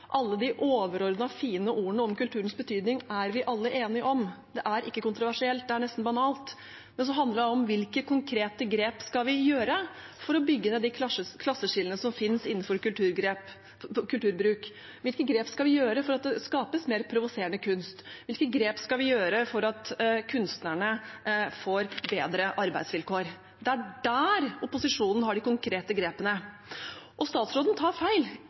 Alle de overordnede og fine ordene om kulturens betydning er vi alle enige om. Det er ikke kontroversielt; det er nesten banalt. Men så handler det om hvilke konkrete grep vi skal gjøre for å bygge ned de klasseskillene som finnes innenfor kulturbruk, hvilke grep vi skal gjøre for at det skapes mer provoserende kunst, og hvilke grep vi skal gjøre for at kunstnerne får bedre arbeidsvilkår. Det er der opposisjonen har de konkrete grepene. Og statsråden tar feil: